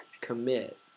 commit